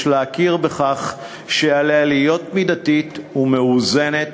יש להכיר בכך שעליה להיות מידתית ומאוזנת.